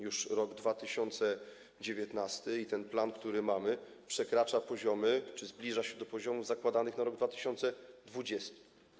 Już rok 2019 i ten plan, który mamy, przekracza poziomy czy zbliża się do poziomów zakładanych na rok 2020.